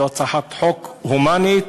זאת הצעת חוק הומנית,